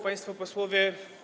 Państwo Posłowie!